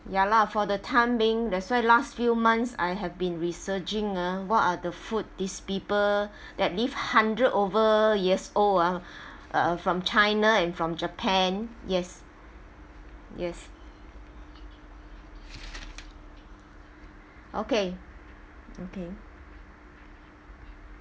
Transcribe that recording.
ya lah for time being that's why last few months I have been researching ah what are the food these people that live hundred over years old ah uh from china and from japan yes yes okay okay